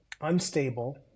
unstable